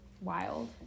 Wild